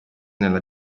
nella